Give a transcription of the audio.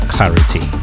Clarity